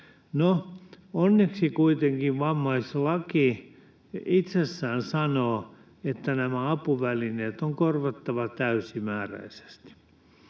onneksi kuitenkin vammaislaki itsessään sanoo, että nämä apuvälineet on korvattava täysimääräisesti.